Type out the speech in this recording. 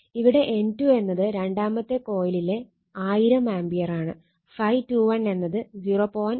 ഇവിടെ N2 എന്നത് രണ്ടാമത്തെ കൊയിലിലെ 1000 ആംപിയറാണ്